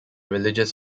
religious